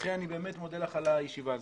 לכן אני באמת מודה לך על הדיון הזה.